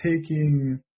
taking